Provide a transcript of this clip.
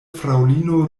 fraŭlino